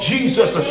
Jesus